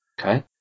Okay